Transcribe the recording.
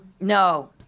No